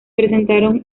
presentaron